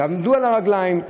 תעמדו על הרגליים,